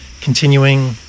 continuing